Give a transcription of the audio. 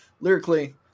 lyrically